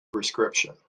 prescription